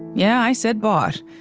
yeah, i said bought.